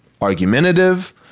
argumentative